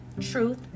truth